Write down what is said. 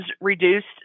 reduced